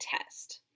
test